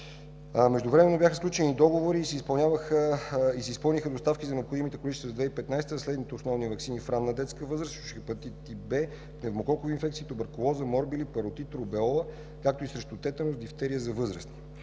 Междувременно бяха сключени договори и се изпълниха доставки за необходимите количества за 2015 г. на следните основни ваксини в ранна детска възраст: срещу хепатит тип В, пневмококови инфекции, туберкулоза, морбили, паротит, рубеола, както и срещу тетанус-дифтерия за възрастни.